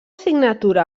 signatura